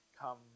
come